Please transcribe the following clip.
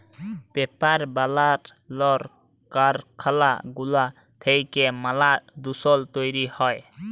paper বালালর কারখালা গুলা থ্যাইকে ম্যালা দুষল তৈরি হ্যয়